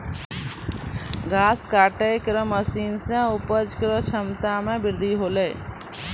घास काटै केरो मसीन सें उपज केरो क्षमता में बृद्धि हौलै